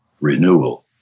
renewal